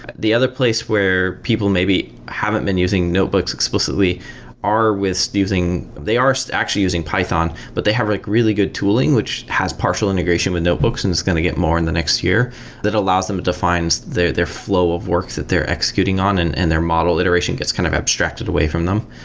the other place where people may be haven't been using notebooks explicitly are with using they are so actually using python, but they have like really good tooling, which has partial integration with notebooks and it's going to get more in the next year that allows them to define so their flow of works that they're executing on and and their model iteration gets kind of abstracted away from them.